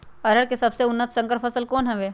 अरहर के सबसे उन्नत संकर फसल कौन हव?